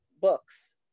books